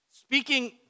Speaking